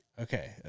Okay